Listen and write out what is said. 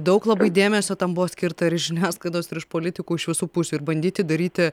daug labai dėmesio tam buvo skirta ir iš žiniasklaidos ir iš politikų iš visų pusių ir bandyti daryti